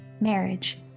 Marriage